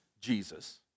Jesus